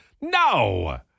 No